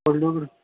holder